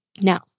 Now